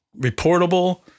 reportable